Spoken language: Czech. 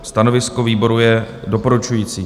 Stanovisko výboru je doporučující.